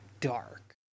dark